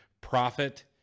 profit